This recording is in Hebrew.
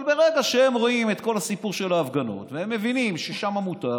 אבל ברגע שהם רואים את כל הסיפור של ההפגנות והם מבינים ששם מותר,